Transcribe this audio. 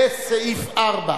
לסעיף 4,